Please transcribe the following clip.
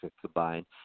combined